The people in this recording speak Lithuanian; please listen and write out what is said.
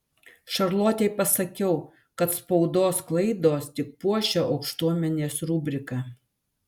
šarlotei pasakiau kad spaudos klaidos tik puošia aukštuomenės rubriką